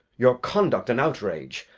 your conduct an outrage,